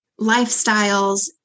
lifestyles